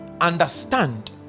understand